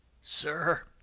Sir